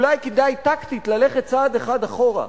אולי כדאי טקטית ללכת צעד אחד אחורה.